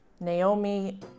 Naomi